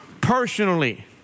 personally